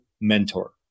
mentor